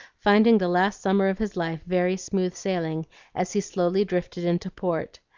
finding the last summer of his life very smooth sailing as he slowly drifted into port.